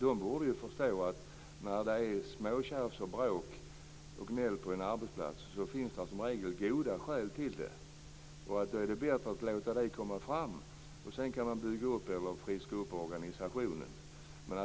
De borde ju förstå att när det är småtjafs, bråk och gnäll på en arbetsplats finns det som regel goda skäl till det. Då är det bättre att låta det komma fram. Sedan kan man bygga upp eller friska upp organisationen.